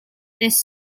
this